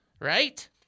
right